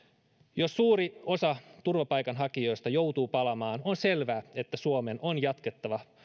jos suuri osa turvapaikanhakijoista joutuu palaamaan on selvää että suomen on jatkettava